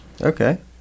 Okay